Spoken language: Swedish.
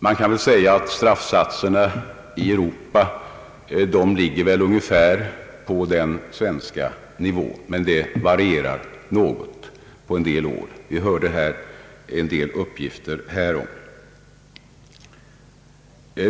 Man kan väl säga att straffsatserna i Europa ligger ungefär på den svenska nivån. Men de varierar något på en del år. Vi har här hört uppgifter härom.